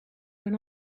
when